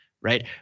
right